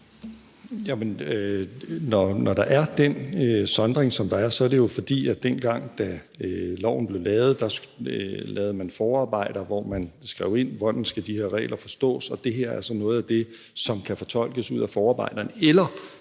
Når der er den sondring, som der er, så er det jo, fordi man, dengang loven blev lavet, lavede forarbejder, hvor man skrev ind, hvordan de her regler skal forstås. Og det er altså noget af det, som kan fortolkes ud af nogle af de